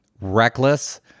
reckless